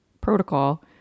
protocol